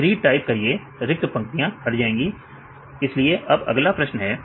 3 type करिए रिक्त पंक्तियां हट जाएगी इसलिए अब अगला प्रश्न है